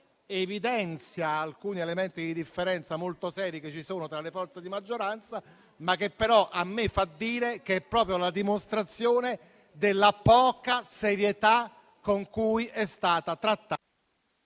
evidenzia alcuni elementi di differenza molto seri che ci sono tra le forze di maggioranza e che mi porta a dire che è proprio la dimostrazione della poca serietà con cui è stata trattata